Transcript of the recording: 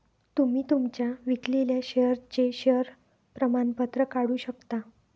तुम्ही तुमच्या विकलेल्या शेअर्सचे शेअर प्रमाणपत्र काढू शकता